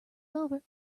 over